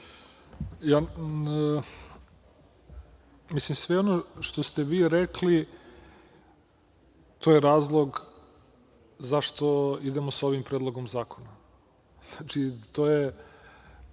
Mislim, svejedno što ste vi rekli, to je razlog zašto idemo sa ovim predlogom zakona. Znači, to je